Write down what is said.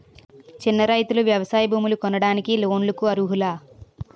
చిన్న రైతులు వ్యవసాయ భూములు కొనడానికి లోన్ లకు అర్హులా?